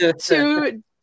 two